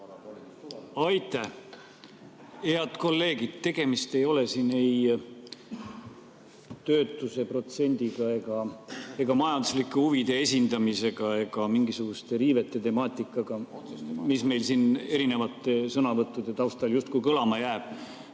Aitäh! Head kolleegid, tegemist ei ole siin ei töötuse protsendiga ega majanduslike huvide esindamisega ega mingisuguste riivete temaatikaga, mis meil siin erinevate sõnavõttude taustal justkui kõlama jääb,